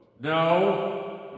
No